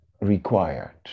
required